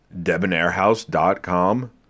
debonairhouse.com